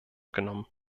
genommen